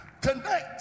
Tonight